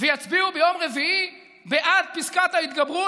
ויצביעו ביום רביעי בעד פסקת ההתגברות,